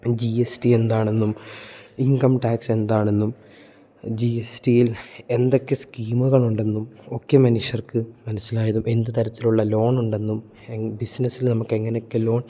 G S T എന്താണെന്നും income tax എന്താണെന്നും G S ടിയിൽ എന്തൊക്കെ സ്കീമുകളുണ്ടെന്നും ഒക്കെ മനുഷ്യർക്ക് മനസ്സിലായതും എന്ത് തരത്തിലുള്ള ലോണുണ്ടെന്നും എൻ ബിസിനസ്സിൽ നമുക്ക് എങ്ങനെ ഒക്കെ ലോൺ